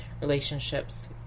relationships